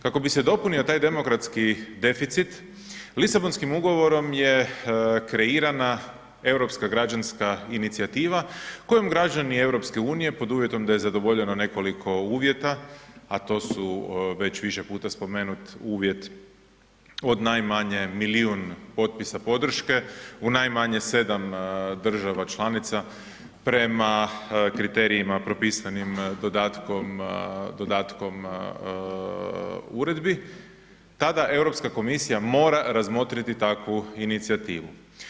Kako bi se dopunio taj demokratski deficit, Lisabonskim ugovorom je kreirana europska građanska inicijativa kojom građani EU-a pod uvjetom da je zadovoljeno nekoliko uvjeta, a to su već više puta spomenut uvjet od najmanje milijun potpisa podrške u najmanje 7 država članica prema kriterijima propisanim dodatkom uredbi, tada Europska komisija mora razmotriti takvu inicijativu.